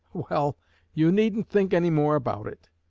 well you needn't think any more about it,